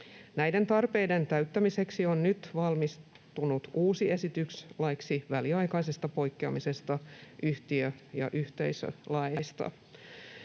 Näiden tarpeiden täyttämiseksi on nyt valmistunut uusi esitys laiksi väliaikaisesta poikkeamisesta yhtiö- ja yhteisölaeista.